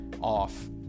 off